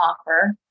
offer